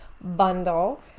bundle